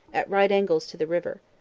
at right angles to the river.